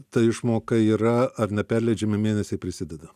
ta išmoka yra ar neperleidžiami mėnesiai prisideda